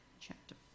Chapter